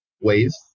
waves